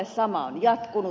sama on jatkunut